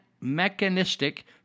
mechanistic